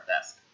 desk